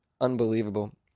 unbelievable